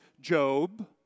Job